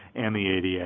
and the ada.